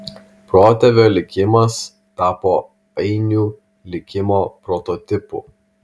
protėvio likimas tapo ainių likimo prototipu